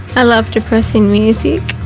i love depressing music.